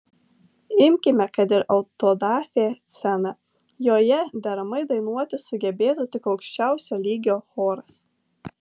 imkime kad ir autodafė sceną joje deramai dainuoti sugebėtų tik aukščiausio lygio choras